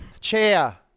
Chair